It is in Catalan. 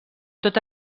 tot